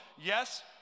yes